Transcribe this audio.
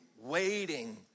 waiting